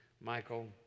Michael